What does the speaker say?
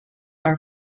are